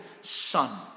son